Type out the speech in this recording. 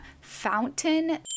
Fountain